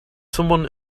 someone